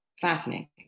fascinating